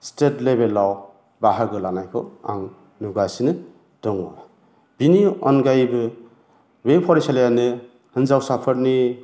state लेभेलाव बाहागो लानायखौ आं नुगासिनो दङ बिनि अनगायैबो बे फरायसालिआनो हिन्जावसाफोरनि